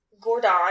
Gordon